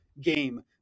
game